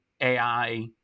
AI